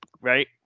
right